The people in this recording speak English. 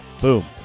boom